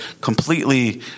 completely